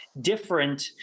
different